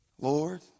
Lord